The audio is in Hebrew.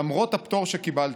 למרות הפטור שקיבלתי.